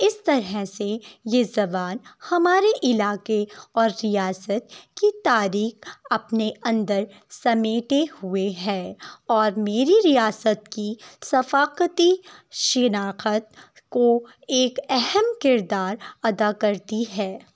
اس طرح سے یہ زبان ہمارے علاقے اور ریاست کی تاریخ اپنے اندر سمیٹے ہوئے ہے اور میری ریاست کی ثفاقتی شناخت کو ایک اہم کردار ادا کرتی ہے